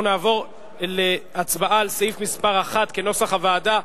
אנחנו נעבור להצבעה על סעיף 1 כנוסח הוועדה.